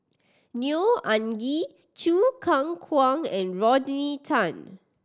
Neo Anngee Choo Keng Kwang and Rodney Tan